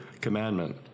commandment